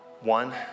One